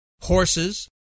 horses